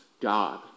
God